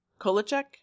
Kolacek